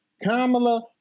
Kamala